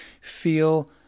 feel